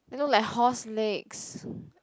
they look like horse legs